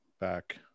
Back